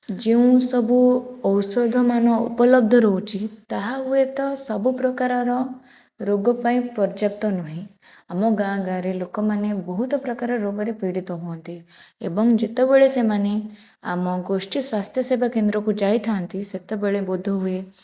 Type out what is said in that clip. ଯେଉଁସବୁ ଔଷଧମାନ ଉପଲବ୍ଧ ରହୁଛି ତାହା ହୁଏ ତ ସବୁ ପ୍ରକାରର ରୋଗ ପାଇଁ ପର୍ଯ୍ୟାପ୍ତ ନୁହେଁ ଆମ ଗାଁ ଗାଁରେ ଲୋକମାନେ ବହୁତ ପ୍ରକାର ରୋଗରେ ପୀଡ଼ିତ ହୁଅନ୍ତି ଏବଂ ଯେତେବେଳେ ସେମାନେ ଆମ ଗୋଷ୍ଠି ସ୍ୱାସ୍ଥ୍ୟସେବା କେନ୍ଦ୍ରକୁ ଯାଇଥାନ୍ତି ସେତେବେଳେ ବୋଧୁଏ